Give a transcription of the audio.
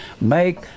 make